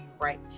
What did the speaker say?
right